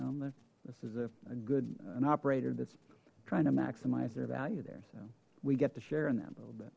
there this is a good operator that's trying to maximize their value there so we get to share in that a little bit